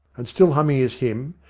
and still humming his hymn,